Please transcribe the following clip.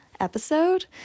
episode